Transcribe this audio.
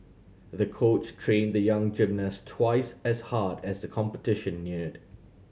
the coach trained the young gymnast twice as hard as the competition neared